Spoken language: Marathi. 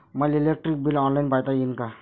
मले इलेक्ट्रिक बिल ऑनलाईन पायता येईन का?